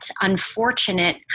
unfortunate